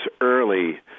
early